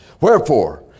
Wherefore